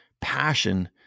passion